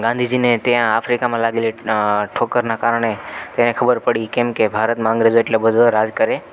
ગાંધીજીને ત્યાં આફ્રિકામાં લાગેલી ઠોકરનાં કારણે તેને ખબર પડી કેમ કે ભારતમાં અંગ્રેજો એટલો બધો રાજ કરે